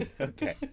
Okay